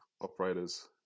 operators